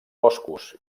boscos